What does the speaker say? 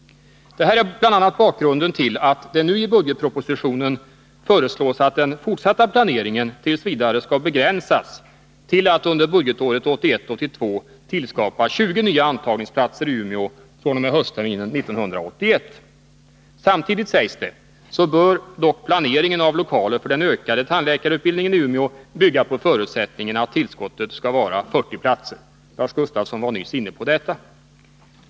Detta är bl.a. bakgrunden till att det nu i budgetpropositionen föreslås att den fortsatta planeringen t. v. skall begränsas till att man under budgetåret 1981/82 tillskapar 20 nya antagningsplatser i Umeå fr.o.m. höstterminen 1981. Samtidigt, sägs det, bör dock planeringen av lokaler för den ökade tandläkarutbildningen i Umeå bygga på förutsättningen att tillskottet skall vara 40 platser; Lars Gustafsson var nyss inne på detta.